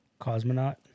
Cosmonaut